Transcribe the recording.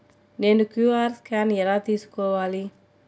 నేను QR scan ఎలా తీసుకోవాలి?